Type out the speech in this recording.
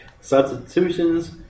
Substitutions